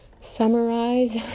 summarize